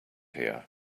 here